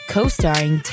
Co-starring